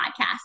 podcast